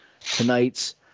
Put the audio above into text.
tonight's